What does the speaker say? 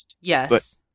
Yes